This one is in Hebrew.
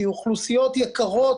שהן אוכלוסיות יקרות